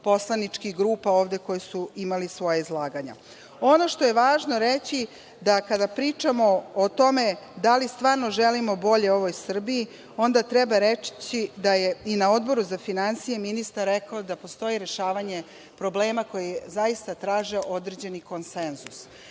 poslaničkih grupa ovde koje su imale svoje izlaganje. Ono što je važno reći da kada pričamo o tome da li stvarno želimo bolje ovoj Srbiji, onda treba reći da je i na Odboru za finansije ministar rekao da postoji rešavanje problema koje zaista traže određeni konsenzus.